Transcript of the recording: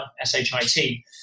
S-H-I-T